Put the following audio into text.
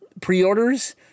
pre-orders